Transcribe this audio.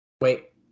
Wait